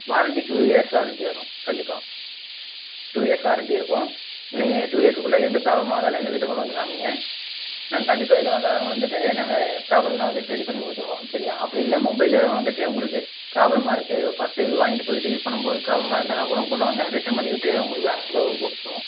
வாரண்ட்டிக்கு two years warranty வரும் கண்டிப்பாக two years warranty இருக்கும் நீங்கள் டூ இயர்ஸ்க்குள்ளே எந்த ப்ராப்ளமானாலும் எங்கள் கிட்டே கொண்டு வந்து காமிங்க நாங்கள் கண்டிப்பாக எதுவாயிருந்தாலும் வந்துட்டு நாங்கள் ப்ராப்ளம்னால் வந்துட்டு ரெடி பண்ணி கொடுத்துருவோம் சரியா அப்படி இல்லை மொபைல் எதுவும் வந்துட்டு உங்களுக்கு ப்ராப்ளமாக இருக்குது ஃபஸ்ட்டு வாங்கிட்டு போய்விட்டு யூஸ் பண்ணும்போது ப்ராப்ளமாக இருந்ததுனா கூட கொண்டுவாங்க ரிட்டன் பண்ணிவிட்டு உங்களுக்கு வேறு மொபைல் கொடுத்துருவோம்